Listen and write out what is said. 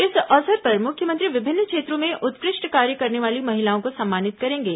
इस अवसर पर मुख्यमंत्री विभिन्न क्षेत्रों में उत्कृष्ट कार्य करने वाली महिलाओं को सम्मानित करेंगे